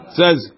says